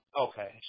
Okay